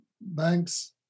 banks